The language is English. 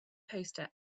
poster